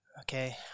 okay